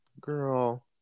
Girl